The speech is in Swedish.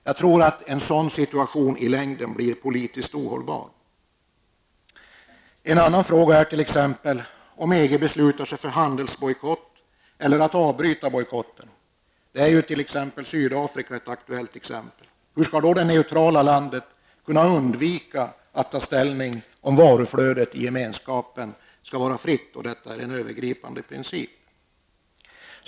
Den situationen blir nog i längden politiskt ohållbar. En annan fråga är t.ex. om EG beslutar sig för en handelsbojkott eller för att avbryta en bojkott. Här är Sydafrika ett aktuellt exempel. Hur skall då det neutrala landet kunna undvika att ta ställning om varuflödet i Gemenskapen är fritt, vilket är en övergripande princip?